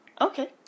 Okay